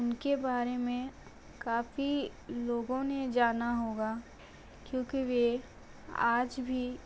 उनके बारे में काफ़ी लोगों ने जाना होगा क्योंकि वे आज भी